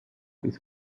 his